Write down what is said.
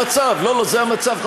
זה בסדר, זה המצב.